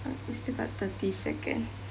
still got thirty second